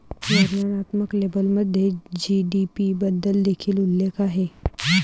वर्णनात्मक लेबलमध्ये जी.डी.पी बद्दल देखील उल्लेख आहे